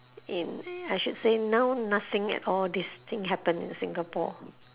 in I should say now nothing at all this thing happen in singapore